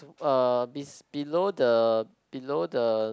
uh be~ below the below the